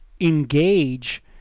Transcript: engage